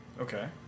okay